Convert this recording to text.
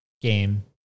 game